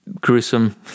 gruesome